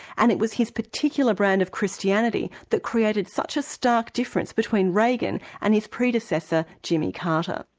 and it was his particular brand of christianity that created such a stark difference between reagan and his predecessor, jimmy carter.